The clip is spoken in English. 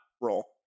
roll